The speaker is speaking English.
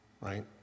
right